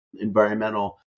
environmental